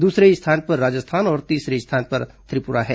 दूसरे स्थान पर राजस्थान और तीसरे स्थान पर त्रिपुरा है